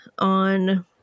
on